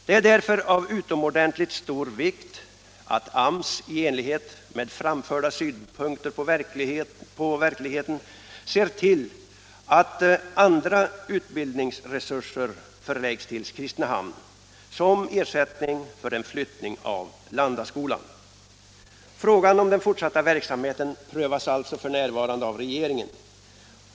Det är därför av utomordentligt stor vikt att AMS i enlighet med framförda synpunkter verkligen ser till att andra utbildningsresurser förläggs till Kristinehamn som ersättning för en flyttning av verksamheten i Landaskolan. Frågan om den fortsatta verksamheten prövas alltså f. n. av regeringen.